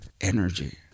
energy